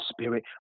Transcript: spirit